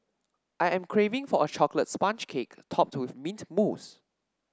I am craving for a chocolate sponge cake topped with mint mousse